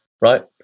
right